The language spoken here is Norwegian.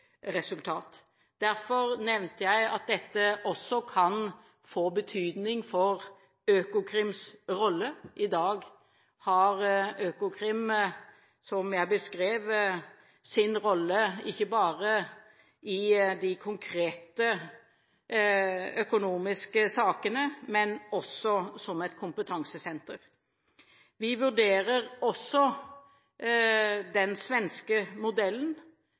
Derfor nevnte jeg at dette også kan få betydning for Økokrims rolle. I dag har Økokrim, som jeg beskrev, sin rolle ikke bare i de konkrete økonomiske sakene, men også som et kompetansesenter. Vi vurderer også den svenske modellen